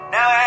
Now